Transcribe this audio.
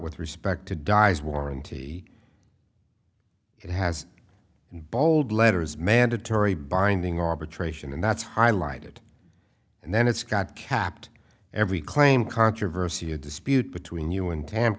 with respect to dyes warranty it has in bold letters mandatory binding arbitration and that's highlighted and then it's got capped every claim controversy a dispute between you and tam